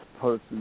person